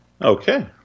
okay